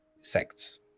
sects